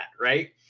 right